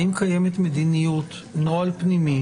האם קיימת מדיניות, נוהל פנימי